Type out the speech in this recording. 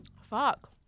fuck